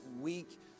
week